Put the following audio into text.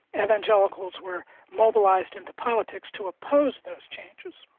evangelicals were mobilised into politics to oppose those changes.